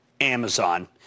Amazon